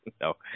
no